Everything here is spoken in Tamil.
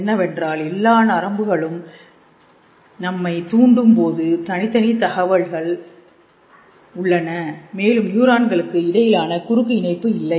என்னவென்றால் எல்லா நரம்புகளிலும் நம்மை தூண்டும் போது தனித்தனி தகவல்கள் உள்ளன மேலும் நியூரான்களுக்கு இடையிலான குறுக்கு இணைப்பு இல்லை